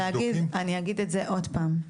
אני אגיד את זה עוד פעם,